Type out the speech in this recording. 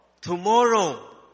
Tomorrow